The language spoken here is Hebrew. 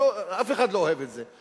אף אחד לא אוהב את זה,